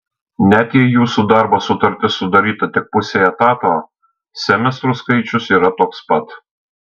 net jei jūsų darbo sutartis sudaryta tik pusei etato semestrų skaičius yra toks pat